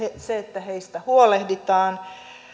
se että heistä huolehditaan